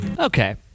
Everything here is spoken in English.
Okay